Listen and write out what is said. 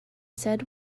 said